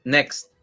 Next